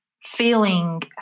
feeling